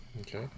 Okay